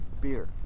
Beer